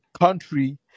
country